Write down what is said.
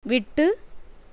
விட்டு